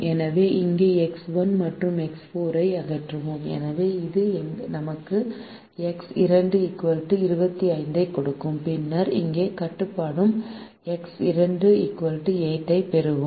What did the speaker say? எனவே இங்கே எக்ஸ் 1 மற்றும் எக்ஸ் 4 ஐ அகற்றுவோம் எனவே இது நமக்கு 3 எக்ஸ் 2 24 ஐக் கொடுக்கும் பின்னர் இங்கே காட்டப்படும் எக்ஸ் 2 8 ஐப் பெறுவோம்